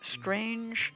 strange